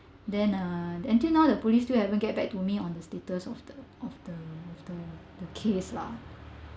then uh until now the police still haven't get back to me on the status of the of the of the the case lah